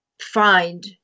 find